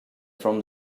from